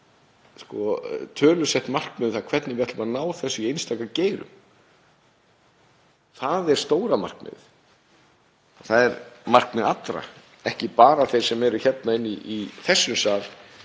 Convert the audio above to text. í tölusett markmið um það hvernig við ætlum að ná þessu í einstaka geirum. Það er stóra markmiðið. Það er markmið allra, ekki bara hjá þeim sem eru hérna inni í þessum sal